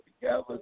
together